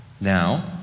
Now